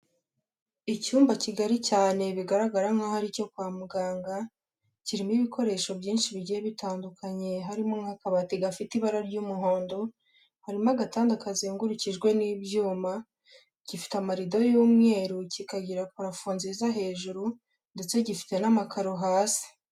Icyumba kigari cyane bigaragara nkaho ari icyo kwa muganga. Kirimo ibikoresho byinshi bigiye bitandukanye, harimo nk'akabati gafite ibara ry'umuhondo, harimo agatanda kazengurukijwe n'ibyuma, gifite amarido y'umweru kikagira parafo nziza hejuru ndetse gifite n'amakaro hasi.